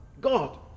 God